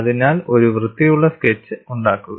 അതിനാൽ ഒരു വൃത്തിയുള്ള സ്കെച്ച് ഉണ്ടാക്കുക